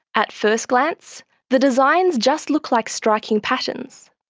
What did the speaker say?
at first glance the designs just look like striking patterns,